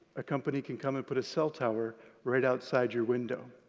a company can come and put a cell tower right outside your window.